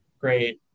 great